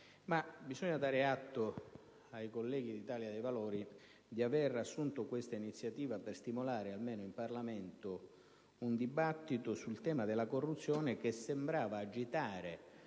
bisogna dare atto ai colleghi di Italia dei Valori di avere assunto questa iniziativa per stimolare almeno in Parlamento un dibattito sul tema della corruzione, che sembrava agitare